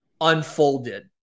unfolded